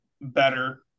better